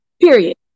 Period